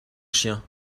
chien